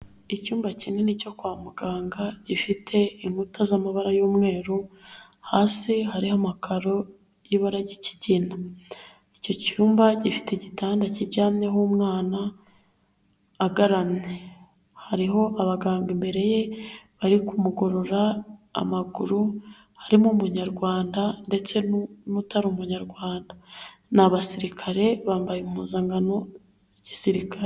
Icyumba kinini cyo kwa muganga gifite inkuta z'amabara y'umweru, hasi hari amakaro y'ibara ry'ikigina. Icyo cyumba gifite igitanda kiryamyeho umwana agaramye hariho abaganga imbere ye bari kumugorora amaguru, harimo umunyarwanda ndetse n'utari umunyarwanda, ni abasirikare bambaye impuzankano ya gisirikare.